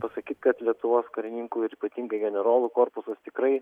pasakyt kad lietuvos karininkų ir ypatingai generolų korpusas tikrai